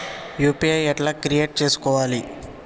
UPI ఎట్లా create చేసుకోవాలి?